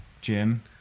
Jim